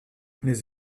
les